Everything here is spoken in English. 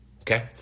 Okay